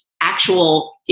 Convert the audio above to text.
actual